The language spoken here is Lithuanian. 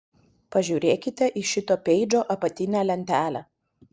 pažiūrėkite į šito peidžo apatinę lentelę